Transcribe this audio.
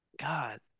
God